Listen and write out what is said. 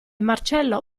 marcello